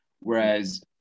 Whereas